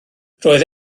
roedd